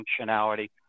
functionality